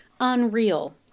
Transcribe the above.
unreal